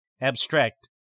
Abstract